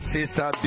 Sister